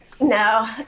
No